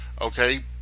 okay